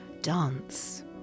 Dance